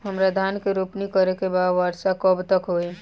हमरा धान के रोपनी करे के बा वर्षा कब तक होई?